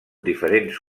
diferents